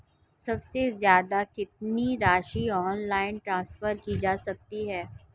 सबसे ज़्यादा कितनी राशि ऑनलाइन ट्रांसफर की जा सकती है?